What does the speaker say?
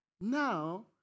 Now